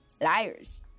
liars